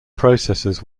processes